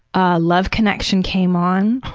ah love connection came on.